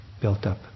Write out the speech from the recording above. built-up